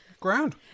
Ground